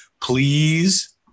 please